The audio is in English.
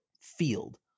field